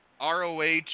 ROH